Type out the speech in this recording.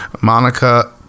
Monica